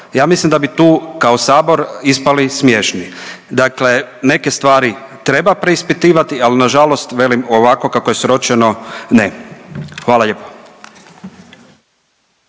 Ja mislim da bi tu kao Sabor ispali smiješni. Dakle, neke stvari treba preispitivati, al nažalost velim ovako kako je sročno ne. Hvala lijepa.